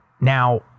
Now